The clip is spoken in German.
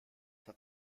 hat